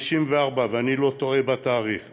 ב-1954, ואני לא טועה בשנה,